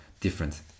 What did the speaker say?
different